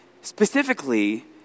Specifically